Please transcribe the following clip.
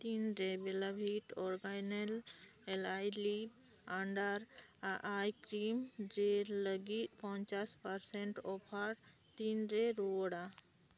ᱛᱤᱱ ᱨᱮ ᱵᱮᱞᱟᱵᱷᱤᱠ original aloe leaf under eye cream gel ᱞᱟᱜᱤᱫ ᱯᱚᱧᱪᱟᱥ ᱯᱟᱨᱥᱮᱱᱴ ᱚᱯᱷᱟᱨ ᱛᱤᱱ ᱨᱮ ᱨᱩᱣᱟᱹᱲᱟ